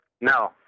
No